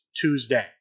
Tuesday